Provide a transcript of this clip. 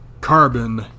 carbon